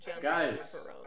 guys